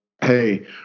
Hey